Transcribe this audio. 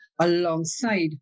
alongside